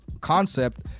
concept